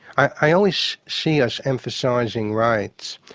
i always see us emphasising rights,